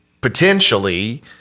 potentially